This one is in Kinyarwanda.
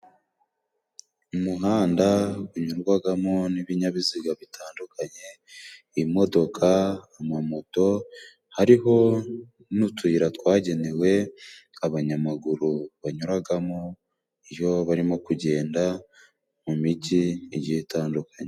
Umuhanda gunyurwagamo n'ibinyabiziga bitandukanye: imodoka, amamoto ,hariho n'utuyira twagenewe abanyamaguru, banyuragamo iyo barimo kugenda mu mijyi igiye itandukanye.